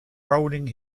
rolling